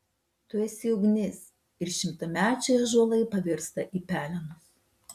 tu esi ugnis ir šimtamečiai ąžuolai pavirsta į pelenus